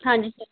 ਹਾਂਜੀ ਸਰ